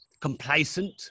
complacent